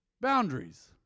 Boundaries